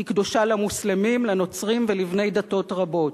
היא קדושה למוסלמים, לנוצרים ולבני דתות רבות.